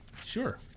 sure